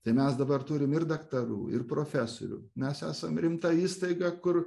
tai mes dabar turim ir daktarų ir profesorių mes esam rimta įstaiga kur